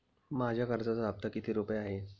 माझ्या कर्जाचा हफ्ता किती रुपये आहे?